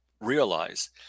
realize